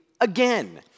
again